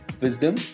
wisdom